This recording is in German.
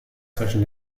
zwischen